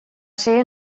ser